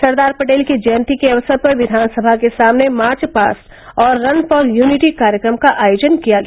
सरदार पटेल की जयंती के अवसर पर विधानसभा के सामने मार्च पास्ट और रन फॉर यूनिटी कार्यक्रम का आयोजन किया गया